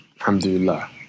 alhamdulillah